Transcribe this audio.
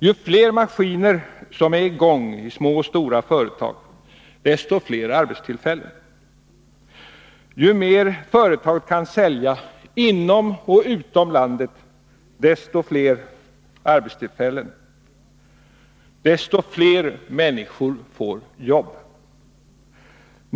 Ju fler maskiner som är i gång i små och stora företag, desto fler arbetstillfällen. Ju mer ett företag kan sälja inom och utom landet, desto fler arbetstillfällen — desto fler människor får jobb.